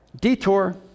Detour